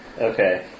Okay